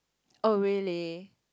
oh really